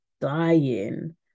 dying